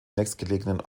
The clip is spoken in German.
nächstgelegenen